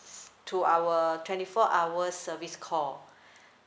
to our twenty four hours service call